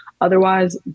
Otherwise